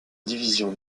division